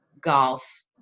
golf